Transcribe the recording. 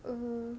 err